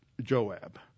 Joab